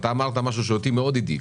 אמרת משהו שאותי מאוד הדאיג.